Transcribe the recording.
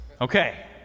Okay